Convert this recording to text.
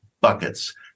buckets